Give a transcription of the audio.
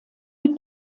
mit